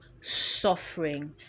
suffering